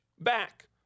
back